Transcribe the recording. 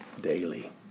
daily